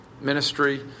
ministry